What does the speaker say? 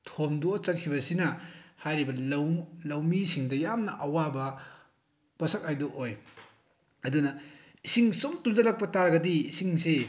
ꯊꯣꯝꯗꯣꯛꯑ ꯆꯠꯈꯤꯕꯁꯤꯅ ꯍꯥꯏꯔꯤꯕ ꯂꯧꯃꯤꯁꯤꯡꯗ ꯌꯥꯝꯅ ꯑꯋꯥꯕ ꯄꯣꯠꯁꯛ ꯍꯥꯏꯗꯨ ꯑꯣꯏ ꯑꯗꯨꯅ ꯏꯁꯤꯡ ꯁꯨꯝ ꯇꯨꯡꯖꯤꯜꯂꯛꯄ ꯇꯥꯔꯒꯗꯤ ꯏꯁꯤꯡꯁꯤ